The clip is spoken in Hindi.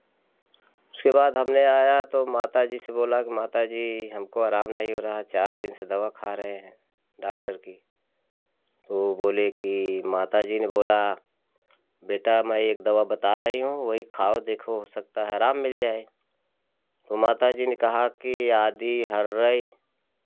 उसके बाद हमने आया तो माता जी से बोला कि माताजी हमको आराम नहीं हो रहा चार दिन से दवा खा रहें हैं डाक्टर की वह बोले की माता जी ने बोला बेटा मैं एक दवा बता रही हूँ वही खाओ देखो हो सकता आराम मिल जाए तो माता जी ने कहा कि आदि हर्रै